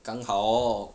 刚好 orh